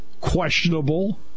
questionable